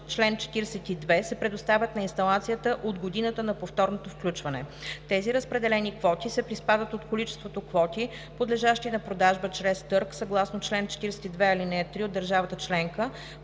чл. 42, се предоставят на инсталацията, от годината на повторното включване. Тези разпределени квоти, се приспадат от количеството квоти, подлежащи на продажба чрез търг, съгласно чл. 42, ал. 3 от държавата членка,